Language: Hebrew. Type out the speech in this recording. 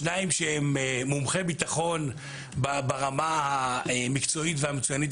שניים שהם מומחי ביטחון ברמה המקצועית והמצוינת,